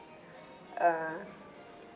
uh